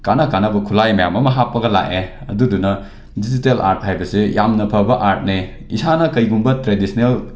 ꯀꯥꯟꯅ ꯀꯥꯟꯅꯕ ꯈꯨꯠꯂꯥꯏ ꯃꯌꯥꯝ ꯑꯃ ꯍꯥꯞꯄꯒ ꯂꯥꯛꯑꯦ ꯑꯗꯨꯗꯨꯅ ꯗꯤꯖꯤꯇꯦꯜ ꯑꯥꯔꯠ ꯍꯥꯏꯕꯁꯦ ꯌꯥꯝꯅ ꯐꯕ ꯑꯥꯔꯠꯅꯤ ꯏꯁꯥꯅ ꯀꯩꯒꯨꯝꯕ ꯇ꯭ꯔꯦꯗꯤꯁ꯭ꯅꯦꯜ